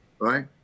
right